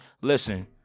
listen